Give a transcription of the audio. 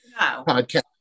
podcast